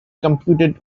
computed